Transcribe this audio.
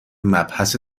مبحث